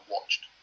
watched